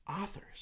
authors